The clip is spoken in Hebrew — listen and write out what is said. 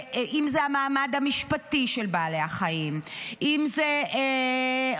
אם זה המעמד המשפטי של בעלי החיים, אם זה חוקי